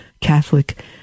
Catholic